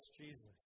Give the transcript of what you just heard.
Jesus